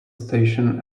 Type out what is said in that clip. station